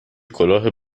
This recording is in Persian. کلاه